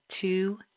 two